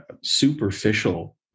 superficial